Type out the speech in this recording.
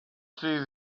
see